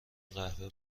قهوه